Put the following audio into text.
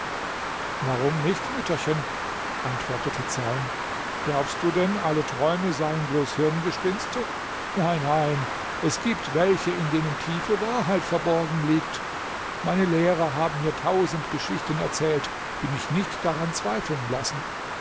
warum nicht mütterchen antwortete zeyn glaubst du denn alle träume seien bloß hirngespinste nein nein es gibt welche in denen tiefe wahrheit verborgen liegt meine lehrer haben mir tausend geschichten erzählt die mich nicht daran zweifeln lassen